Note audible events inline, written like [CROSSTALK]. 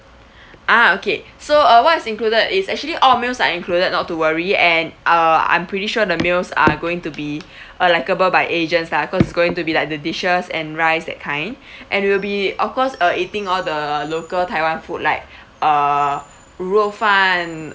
ah okay so uh what's included is actually all meals are included not to worry and uh I'm pretty sure the meals are going to be a likable by agents lah cause it's going to be like the dishes and rice that kind [BREATH] and it will be of course uh eating all the local taiwan food like err 卤肉饭